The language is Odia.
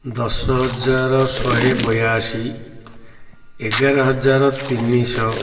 ଦଶ ହଜାର ଶହେ ବୟାଅଶୀ ଏଗାର ହଜାର ତିନି ଶହ